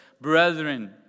Brethren